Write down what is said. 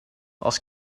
els